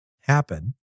happen